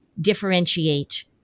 differentiate